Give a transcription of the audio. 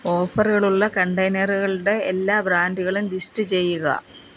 ഓഫറുകളുള്ള കണ്ടെയ്നറുകളുടെ എല്ലാ ബ്രാൻ്റുകളും ലിസ്റ്റ് ചെയ്യുക